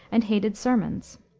and hated sermons.